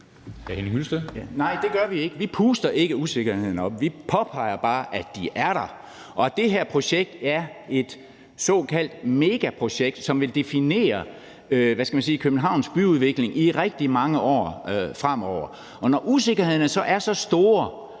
Nej, det gør vi ikke. Vi puster ikke usikkerhederne op. Vi påpeger bare, at de er der, og at det her projekt er et såkaldt megaprojekt, som vil definere Københavns byudvikling i rigtig mange år fremover. Og når usikkerhederne er så store,